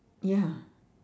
ya